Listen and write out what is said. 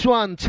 one